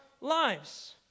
lives